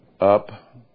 up